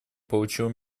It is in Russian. получило